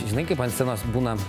juk žinai kaip ant scenos būna